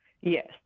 Yes